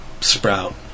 sprout